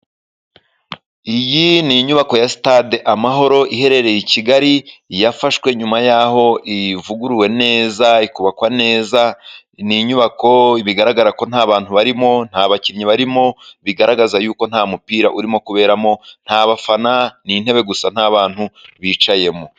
Iyi ni inyubako ya stade Amahoro iherereye i Kigali. Yafashwe nyuma y'aho ivuguruwe neza, ikubakwa neza. Ni inyubako bigaragara ko nta bantu barimo, nta bakinnyi barimo, bigaragaza yuko nta mupira urimo kuberamo, nta bafana ni intebe gusa nta bantu bicayemo.